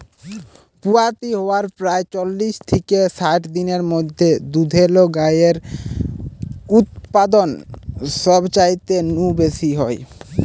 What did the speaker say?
পুয়াতি হয়ার প্রায় চল্লিশ থিকে ষাট দিনের মধ্যে দুধেল গাইয়ের উতপাদন সবচাইতে নু বেশি হয়